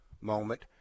moment